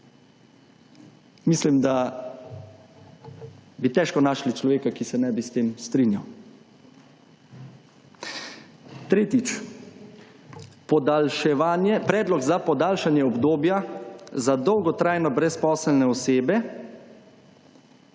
Mislim, da bi težko našli človeka, ki se ne bi s tem strinjal. Tretjič. Podaljševanje, predlog za podaljšanje obdobja za dolgotrajno brezposelne osebe,